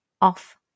off